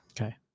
Okay